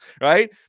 Right